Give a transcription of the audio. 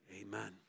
amen